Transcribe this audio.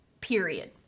period